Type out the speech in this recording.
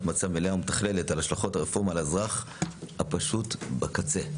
מצב מלאה ומתכללת על השלכות הרפורמה על האזרח הפשוט בקצה.